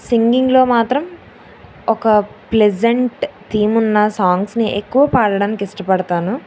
సింగింగ్లో మాత్రం ఒక pleasant theme ఉన్న సాంగ్స్ని ఎక్కువ పాడడానికి ఇష్టపడతాను